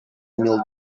mil